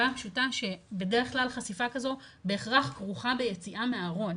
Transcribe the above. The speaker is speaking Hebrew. הפשוטה שבדרך כלל חשיפה כזו בהכרח כרוכה ביציאה מהארון,